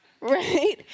Right